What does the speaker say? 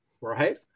right